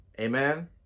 Amen